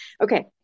okay